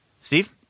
Steve